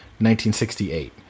1968